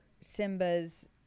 Simba's